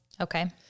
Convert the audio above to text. Okay